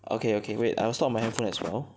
okay okay wait I will stop my handphone as well